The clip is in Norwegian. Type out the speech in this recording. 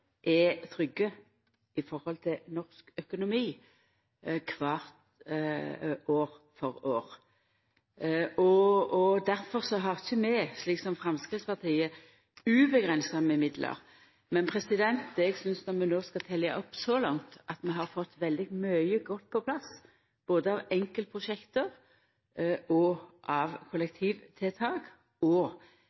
norsk økonomi år for år. Derfor har ikkje vi, slik som Framstegspartiet, uavgrensa med midlar. Men eg synest – når vi skal telja opp så langt – at vi har fått mykje godt på plass, både av enkeltprosjekt og av kollektivtiltak, og